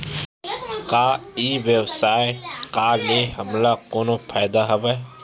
का ई व्यवसाय का ले हमला कोनो फ़ायदा हवय?